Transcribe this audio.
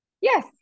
Yes